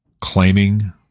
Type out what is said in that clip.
claiming